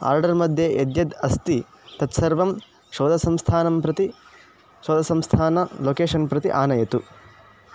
order मध्ये यद्यत् अस्ति तत्सर्वं शोधसंस्थानं प्रति शोधसंस्थानं लोकेशन् प्रति आनयतु